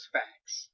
facts